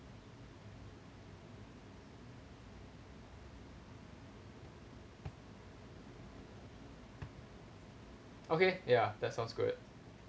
okay ya that sounds good